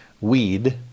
weed